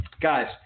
Guys